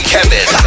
Kevin